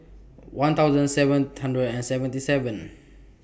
one thousand seven hundred and seventy seven